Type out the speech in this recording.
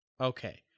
Okay